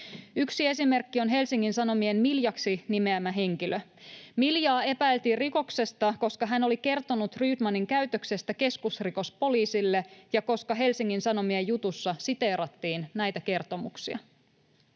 Yksi esimerkki on Helsingin Sanomien Miljaksi nimeämä henkilö. Miljaa epäiltiin rikoksesta, koska hän oli kertonut Rydmanin käytöksestä keskusrikospoliisille ja koska Helsingin Sanomien jutussa siteerattiin näitä kertomuksia.